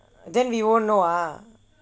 then we won't know ah